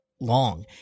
long